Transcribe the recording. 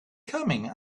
coming